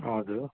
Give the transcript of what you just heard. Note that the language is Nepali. हजुर